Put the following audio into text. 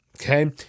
okay